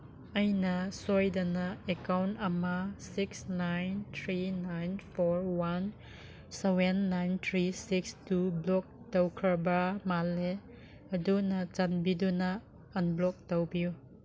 ꯑꯩꯅ ꯁꯣꯏꯗꯅ ꯑꯦꯀꯥꯎꯟ ꯑꯃ six nine three nine four one seven nine three six two block ꯇꯧꯈ꯭ꯔꯕ ꯃꯥꯜꯂꯦ ꯑꯗꯨꯅ ꯆꯥꯟꯕꯤꯗꯨꯅ ꯑꯟꯕ꯭ꯂꯣꯛ ꯇꯧꯕꯤꯌꯨ